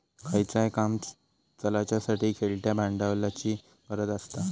खयचाय काम चलाच्यासाठी खेळत्या भांडवलाची गरज आसता